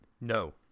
No